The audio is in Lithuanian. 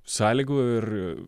sąlygų ir